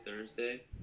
Thursday